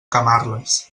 camarles